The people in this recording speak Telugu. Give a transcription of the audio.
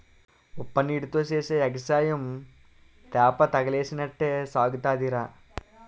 ఉప్పునీటీతో సేసే ఎగసాయం తెప్పతగలేసినట్టే సాగుతాదిరా